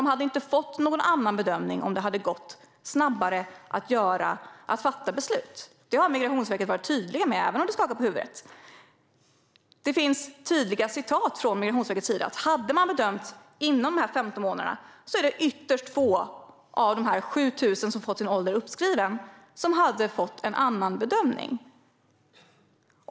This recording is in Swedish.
De skulle inte ha fått någon annan bedömning om det hade gått snabbare att fatta beslut. Det har Migrationsverket varit tydligt med, även om Fredrik Lundh Sammeli skakar på huvudet. Det finns tydliga citat från Migrationsverket som kan anföras. Hade de kunnat bedömas inom de 15 månaderna skulle ytterst få av dessa 7 000 som fått sin ålder uppskriven ha fått en annan bedömning.